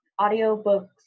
audiobooks